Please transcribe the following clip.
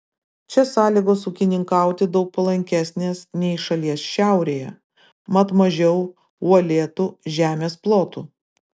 čia sąlygos ūkininkauti daug palankesnės nei šalies šiaurėje mat mažiau uolėtų žemės plotų